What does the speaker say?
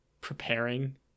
preparing